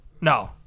No